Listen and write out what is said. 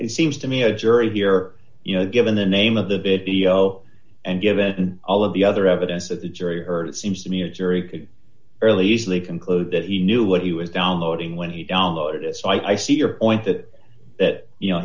it seems to me a jury here you know given the name of the bit the and given all of the other evidence that the jury heard it seems to me a jury could early easily conclude that he knew what he was downloading when he downloaded it so i see your point that that you know